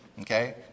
Okay